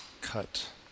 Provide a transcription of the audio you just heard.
cut